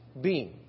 beam